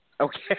okay